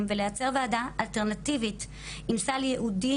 ולייצר וועדה אלטרנטיבית עם סל ייעודי,